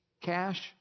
cash